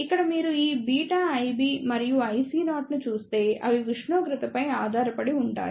ఇక్కడ మీరు ఈ బీటా IB మరియు ICO ని చూస్తే అవి ఉష్ణోగ్రతపై ఆధారపడి ఉంటాయి